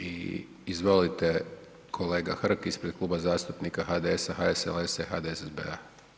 Izvolite kolega Hrg ispred Kluba zastupnika HDS-a, HSLS-a i HDSSB-a.